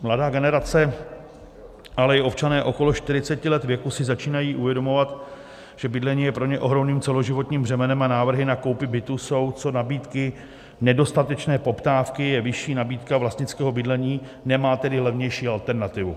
Mladá generace, ale i občané okolo 40 let věku si začínají uvědomovat, že bydlení je pro ně ohromným celoživotním břemenem, a návrhy na koupi bytu jsou co nabídky nedostatečné poptávce, vyšší je nabídka vlastnického bydlení, nemá tedy levnější alternativu.